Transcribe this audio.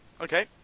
Okay